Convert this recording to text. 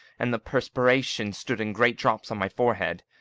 and the perspiration stood in great drops on my forehead.